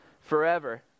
forever